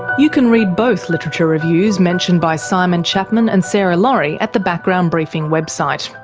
you can read both literature reviews mentioned by simon chapman and sarah laurie at the background briefing website.